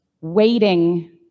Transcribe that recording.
waiting